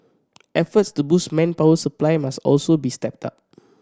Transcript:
efforts to boost manpower supply must also be stepped up